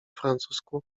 francusku